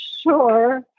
sure